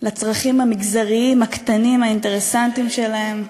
לצרכים המגזריים הקטנים האינטרסנטיים שלהם,